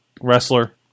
Wrestler